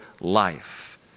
life